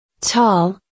tall